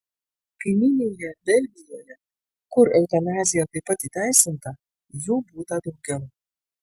kaimyninėje belgijoje kur eutanazija taip pat įteisinta jų būta daugiau